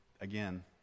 again